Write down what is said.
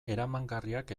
eramangarriak